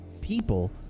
people